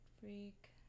freak